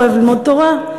הוא אוהב ללמוד תורה,